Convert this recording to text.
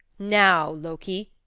now, loki,